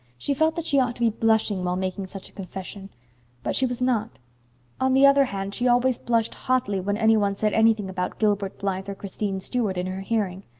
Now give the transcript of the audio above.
she felt that she ought to be blushing while making such a confession but she was not on the other hand, she always blushed hotly when any one said anything about gilbert blythe or christine stuart in her hearing.